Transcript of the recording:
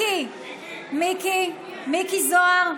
מיקי, מיקי, מיקי זוהר,